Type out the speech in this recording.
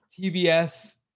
TBS